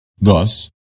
Thus